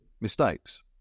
mistakes